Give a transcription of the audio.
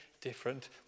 different